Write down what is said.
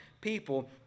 people